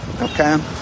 okay